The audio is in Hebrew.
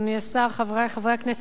אדוני השר, חברי חברי הכנסת,